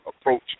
approach